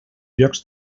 llocs